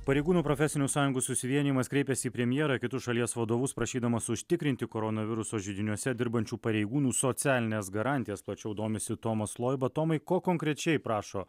pareigūnų profesinių sąjungų susivienijimas kreipėsi į premjerą kitus šalies vadovus prašydamas užtikrinti koronaviruso židiniuose dirbančių pareigūnų socialines garantijas plačiau domisi tomas loiba tomai ko konkrečiai prašo